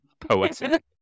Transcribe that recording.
Poetic